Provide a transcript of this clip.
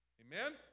Amen